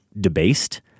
debased